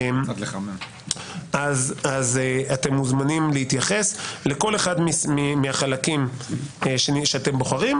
אתם מוזמנים להתייחס לכל אחד מהחלקים שאתם בוחרים.